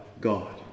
God